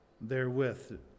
therewith